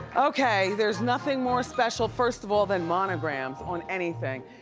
okay, there's nothing more special first of all, then monograms on anything.